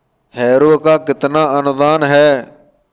Harrow पर कितना अनुदान है?